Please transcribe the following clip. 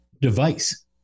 device